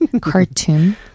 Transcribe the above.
cartoon